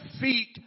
feet